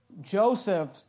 Joseph